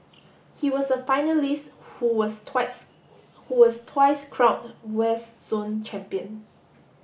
he was a finalist who was twice who was twice crowned West Zone champion